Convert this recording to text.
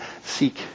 seek